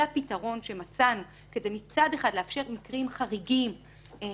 זה הפתרון שמצאנו כדי שמצד אחד לאפשר במקרים חריגים את